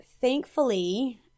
thankfully –